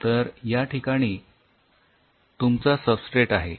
तर या ठिकाणी तुमचा स्बस्ट्रेट आहे